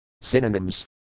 Synonyms